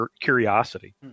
curiosity